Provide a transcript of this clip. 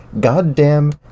goddamn